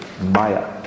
Maya